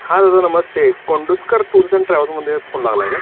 हा दादा नमस्ते कोंडुस्कर टूर्स अँड ट्रॅवल्समध्ये फोन लागला आहे का